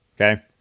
Okay